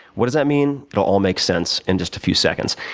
what does that mean? it'll all make sense in just a few seconds.